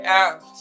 out